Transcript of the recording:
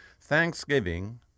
Thanksgiving